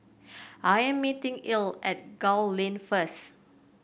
I am meeting Ell at Gul Lane first